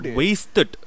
wasted